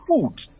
food